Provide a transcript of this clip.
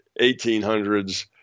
1800s